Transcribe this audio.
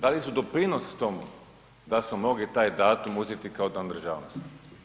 Dali su doprinos tom da smo mogli taj datum uzeti kao Dan državnosti.